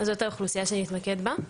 אז זאת האוכלוסייה שאני אתמקד בה.